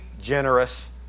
generous